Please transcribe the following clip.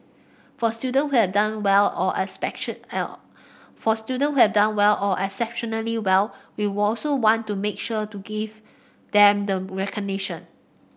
for students who have done well or for students who have done well or exceptionally well we also want to make sure to give them the recognition